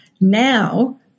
Now